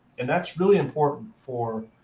and that's really important for